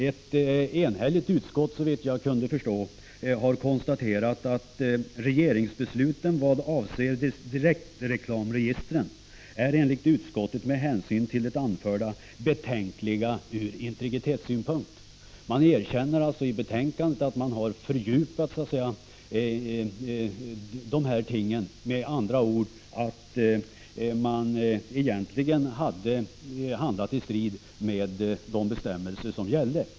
Ett såvitt jag kan förstå enhälligt utskott har konstate rat att regeringsbesluten vad avser direktreklamregistren med hänsyn till vad som anförts är betänkliga ur integritetssynpunkt. Utskottet fann med andra ord att regeringen hade handlat i strid med de bestämmelser som gällde.